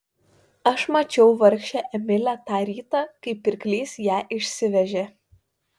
aš mačiau vargšę emilę tą rytą kai pirklys ją išsivežė